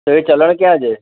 તો એ ચલણ ક્યાં છે